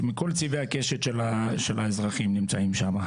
מכל צבעי הקשת של האזרחים נמצאים שם.